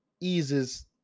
eases